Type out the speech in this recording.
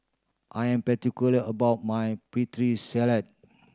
I am particular about my Putri Salad